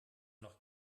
noch